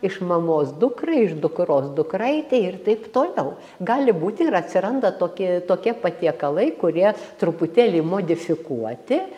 iš mamos dukrai iš dukros dukraitei ir taip toliau gali būti ir atsiranda toki tokie patiekalai kurie truputėlį modifikuoti